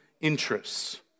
interests